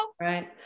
Right